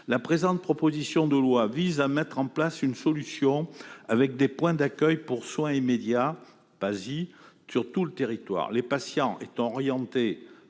La présente proposition de loi vise à mettre en place une solution avec des points d'accueil pour soins immédiats (PASI) sur tout le territoire, les patients y étant orientés